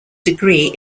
degree